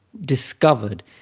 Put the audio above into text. discovered